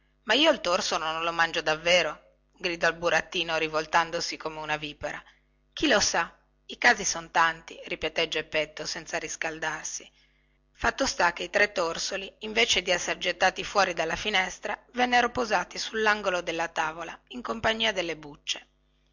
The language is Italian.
ma io il torsolo non lo mangio davvero gridò il burattino rivoltandosi come una vipera chi lo sa i casi son tanti ripeté geppetto senza riscaldarsi fatto sta che i tre torsoli invece di essere gettati fuori dalla finestra vennero posati sullangolo della tavola in compagnia delle bucce